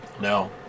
No